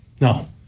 No